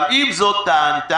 אבל עם זאת טענת,